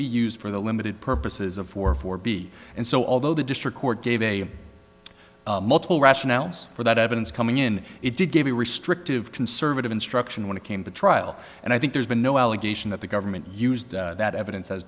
be used for the limited purposes of war for b and so although the district court gave a multiple rationales for that evidence coming in it did give a restrictive conservative instruction when it came to trial and i think there's been no allegation that the government used that evidence as